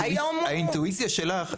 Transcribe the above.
האינטואיציה שלך,